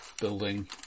building